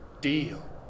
Deal